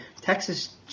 Texas